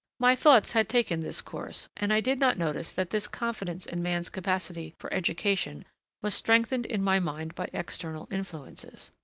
my thoughts had taken this course, and i did not notice that this confidence in man's capacity for education was strengthened in my mind by external influences.